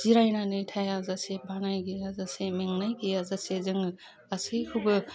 जिरायनानै थायाजासे बानाय गैया जासे मेंनाय गैया जासे जोङो गासैखौबो